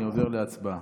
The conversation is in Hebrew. אני עובר להצבעה.